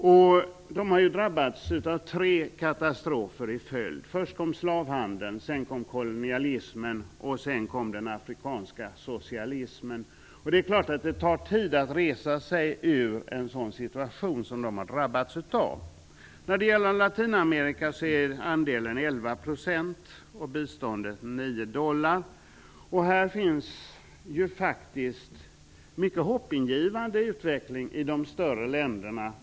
Befolkningen här har drabbats av tre katastrofer i följd. Först kom slavhandeln, sedan kom kolonialismen och sedan den afrikanska socialismen. Självfallet tar det tid att resa sig ur en sådan situation som dessa människor har drabbats av. I Latinamerika är andelen av den fattiga befolkningen 11 % och biståndet nio dollar. Här finns en mycket hoppingivande utveckling i de större länderna.